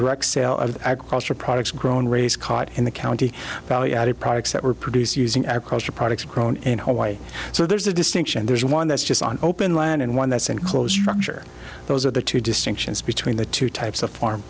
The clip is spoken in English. direct sale of agricultural products grown raise caught in the county value added products that were produced using our culture products grown in hawaii so there's a distinction there's one that's just one open land and one that's in close those are the two distinctions between the two types of farm